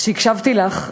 כשהקשבתי לך,